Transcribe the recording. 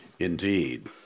Indeed